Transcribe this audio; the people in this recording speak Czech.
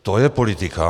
To je politika.